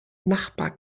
nachbar